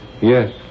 Yes